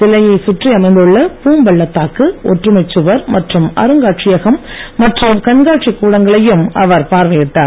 சிலையை சுற்றி அமைந்துள்ள பூம்பள்ளத்தாக்கு ஒற்றுமைச் சுவர் மற்றும் அருங்காட்சியகம் மற்றும் கண்காட்சிக் கூடங்களையும் அவர் பார்வையிட்டார்